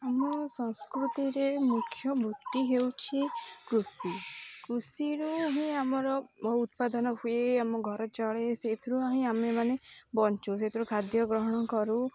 ଆମ ସଂସ୍କୃତିରେ ମୁଖ୍ୟ ବୃତ୍ତି ହେଉଛି କୃଷି କୃଷିରୁ ହିଁ ଆମର ଉତ୍ପାଦନ ହୁଏ ଆମ ଘର ଚଳେ ସେଇଥିରୁ ହିଁ ଆମେ ମାନେ ବଞ୍ଚୁ ସେଥିରୁ ଖାଦ୍ୟ ଗ୍ରହଣ କରୁ